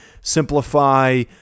Simplify